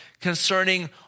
concerning